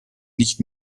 nicht